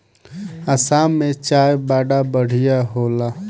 आसाम के चाय बड़ा बढ़िया होला